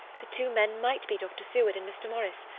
the two men might be dr. seward and mr. morris.